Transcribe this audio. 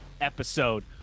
episode